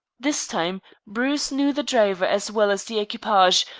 this time bruce knew the driver as well as the equipage,